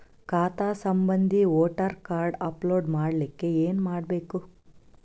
ಖಾತಾ ಸಂಬಂಧಿ voter card upload ಮಾಡಲಿಕ್ಕೆ ಏನ ಮಾಡಬೇಕು?